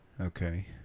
Okay